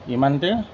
ইমানতে